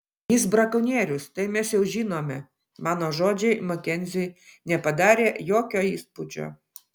jis brakonierius tai mes jau žinome mano žodžiai makenziui nepadarė jokio įspūdžio